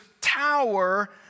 tower